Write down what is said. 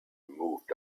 moved